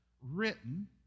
written